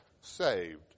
saved